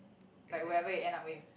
like wherever you end up with